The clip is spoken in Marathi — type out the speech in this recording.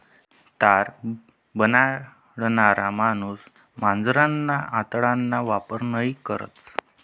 तार बनाडणारा माणूस मांजरना आतडाना वापर नयी करस